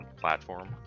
platform